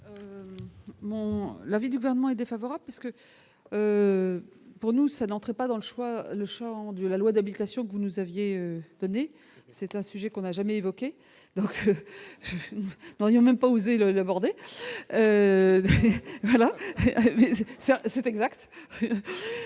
l'avis du gouvernement est défavorable parce que pour nous ça n'entrait pas dans le choix, le Champ de la loi d'habitation que vous nous aviez donné, c'est un sujet qu'on n'a jamais évoqué. Non, il y a même pas osé le le bordel ça c'est exact